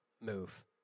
move